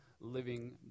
living